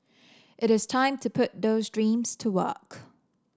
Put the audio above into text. it is time to put those dreams to work